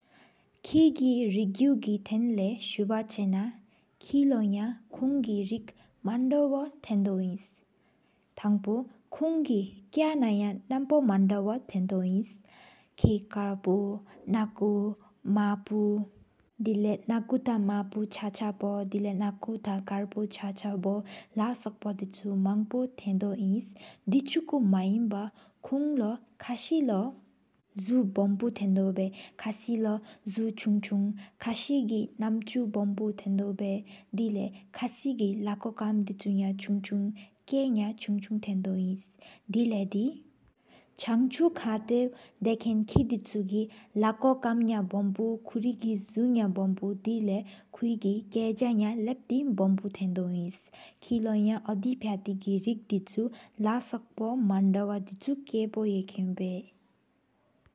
ཀེ་གི་རིཀ་གུ་གེ་ཐན་ལས་སུ་བ་ཆེ་ན། ཀེ་ལོ་ཡ་ཀོང་གི་རིཀ་མན་དོ་བོ་ཐན་དོ་ཨིན། ཐངཔོ་ཀོང་གི་པ་ན་ཡ་ནམཔོ་མན་དབོ། ཐན་དོ་ ཨིན་ཀེ་དཀར་པོ་ན་སྨར་པོ་དེ་ལས། ན་ཀོ་ཏང་མ་པོ་ཆག་ཅལ་པོ། ན་ཀོ་ར་དཀར་པོ་ཆག་ཇག་པོ། ལ་སོག་པོ་དི་ཆུ་དམངས་པོ་ཐན་དོ་ཨིན། དེ་ཆུ་སྨད་དཀྲ་སུ་བའི་ཀོང་ལོ་ཁ་སི་ལོ། ཟུ་དམ་པོ་ཐན་དོ་བས་ཀ་ཤི་ལོ་ཟུ། ཆུང་ཆུང་ཐན་དོ་བས་ཀ་སི་གི། མན་ཆུ་ དམ་པོ་ཐན་དོ་བས། དེ་ལ་ཁ་སི་གི་ལེ་གོ་ཀམ་དི་ཆུ་ཡ་ཆུང་ཆུང། ཁ་སི་གི་ཁྱབ་ཡ་ཆུང་ཆུང་ཐན་དོ་ཨིན། དེ་ལས་དོ་བཀང་དཀྲུག་ལས་ཀོ་གི། ཀེ་དི་ཆུ་གི་ལས་ལེ་ཆུ་ཡ་བམ་པོ། ཀུར་གི་ཟུ་ཡ་བམ་པོ་དེ་ལས་ཁོད་གི་བཀ་ལས། ཡ་ལབ་ཏེ་བམ་པོ་ཐན་དོ་ཨིན། ཀ་ལོ་ཡ་ཨོ་ཡ་ཕྱ་ཏེ་གི་རིཀ་དི་ཆུ་ལ་སོག་པོ། མང་པོ་མན་དོ་བ་ དི་ཆུ་ཀཔོ་ཨེ་ཀེན་བས།